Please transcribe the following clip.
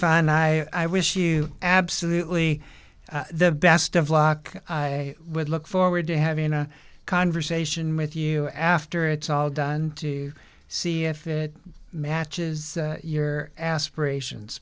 and i wish you absolutely the best of luck with look forward to having a conversation with you after it's all done to see if it matches your aspirations